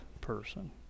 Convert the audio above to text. person